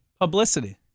Publicity